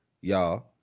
y'all